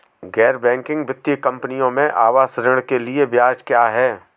गैर बैंकिंग वित्तीय कंपनियों में आवास ऋण के लिए ब्याज क्या है?